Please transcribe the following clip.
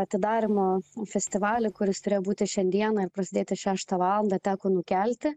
atidarymo festivalį kuris turėjo būti šiandieną ir prasidėti šeštą valandą teko nukelti